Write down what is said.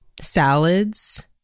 salads